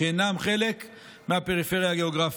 שאינם חלק מהפריפריה הגיאוגרפית.